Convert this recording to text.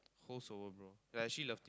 hoes over bro you're actually loved